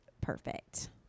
perfect